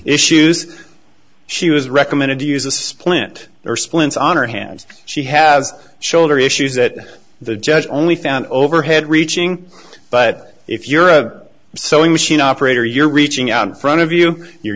issues she was recommended to use a splint or splints on her hands she has shoulder issues that the judge only found overhead reaching but if you're a sewing machine operator you're reaching out in front of you you're